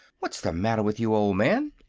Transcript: what's the matter with you, old man?